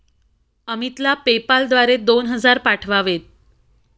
अमितला पेपाल द्वारे दोन हजार पाठवावेत